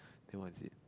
then what is it